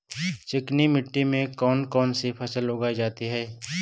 चिकनी मिट्टी में कौन कौन सी फसल उगाई जाती है?